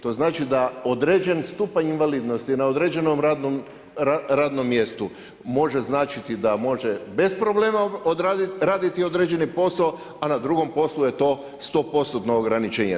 To znači da određen stupanj invalidnosti na određenom radnom mjestu može značiti da može bez problema odraditi određeni posao, a na drugom poslu je to 100% ograničenje.